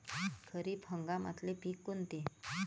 खरीप हंगामातले पिकं कोनते?